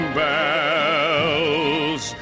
bells